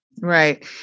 Right